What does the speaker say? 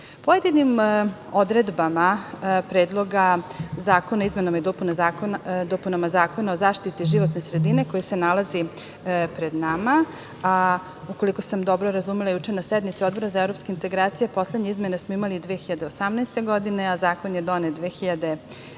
odredbama Predloga zakona o izmenama i dopunama Zakona o zaštiti životne sredine koji se nalazi pred nama, ukoliko sam dobro razumela juče na sednici Odbora za evropske integracije, poslednje izmene smo imali 2018. godine, a zakon je donet 2009.